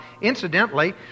incidentally